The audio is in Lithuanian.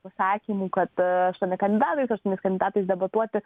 pasakymų kad aštuoni kandidatai ką su aštuoniais kandidatais debatuoti